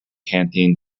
canteen